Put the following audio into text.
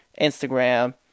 Instagram